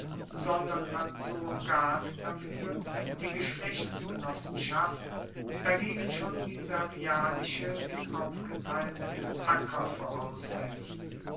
sondern als surrogat dafuer die geschlechtsgenossenschaft dagegen schon die servianische den aufgeteilten acker voraussetzt